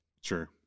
Sure